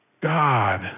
God